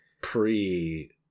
pre